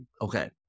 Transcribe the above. Okay